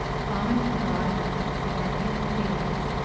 common and broad enough, of our human feelings,